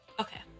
Okay